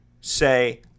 say